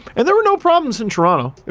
and there were no problems in toronto,